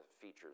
features